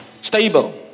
Stable